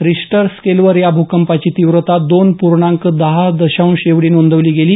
Richter स्केलवर या भूकंपाची तीव्रता दोन पूर्णांक सहा दशांश एवढी नोंदवली गेली